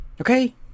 Okay